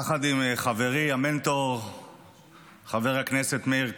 יחד עם חברי המנטור חבר הכנסת מאיר כהן,